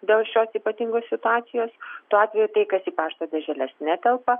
dėl šios ypatingos situacijos tuo atveju tai kas į pašto dėželes netelpa